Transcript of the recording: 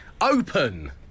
Open